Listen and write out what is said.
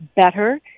better